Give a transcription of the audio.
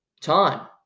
time